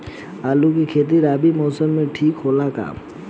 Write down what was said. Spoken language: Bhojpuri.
आलू के खेती रबी मौसम में ठीक होला का?